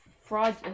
fraud